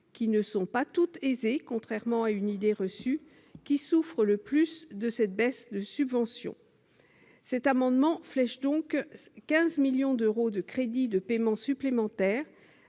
qui ne sont pas toutes aisées, contrairement à une idée reçue, qui souffrent le plus de cette baisse de subvention. Cet amendement vise à flécher 15 millions d'euros de crédits de paiement supplémentaires